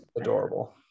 Adorable